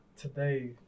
today